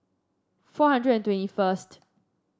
four hundred and twenty first